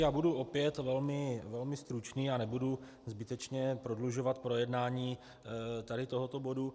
Já budu opět velmi stručný a nebudu zbytečně prodlužovat projednání tohoto bodu.